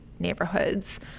Neighborhoods